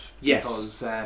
Yes